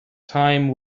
time